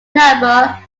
number